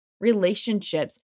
relationships